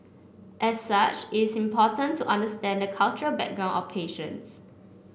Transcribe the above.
as such it's important to understand the cultural background of patients